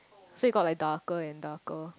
so it got like darker and darker